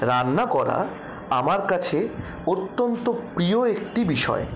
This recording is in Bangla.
রান্না করা আমার কাছে অত্যন্ত প্রিয় একটি বিষয়